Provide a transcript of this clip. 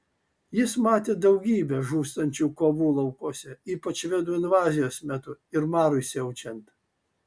jis matė daugybę žūstančių kovų laukuose ypač švedų invazijos metu ir marui siaučiant